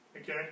Okay